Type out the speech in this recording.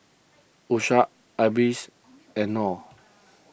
Idris and Nor